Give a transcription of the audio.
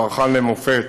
צרכן למופת,